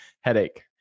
headache